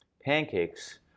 pancakes